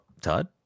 Todd